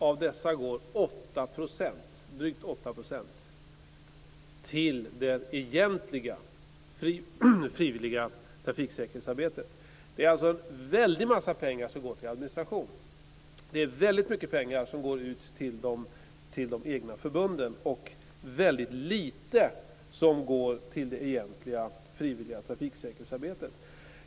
Av dessa går drygt 8 % till det egentliga frivilliga trafiksäkerhetsarbetet. Det är alltså en väldig massa pengar som går till administration. Det är väldigt mycket pengar som går ut till de egna förbunden och väldigt lite som går till det egentliga frivilliga trafiksäkerhetsarbetet. Herr talman!